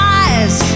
eyes